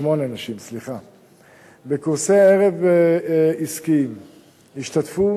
בקורסי ערב עסקיים השתתפו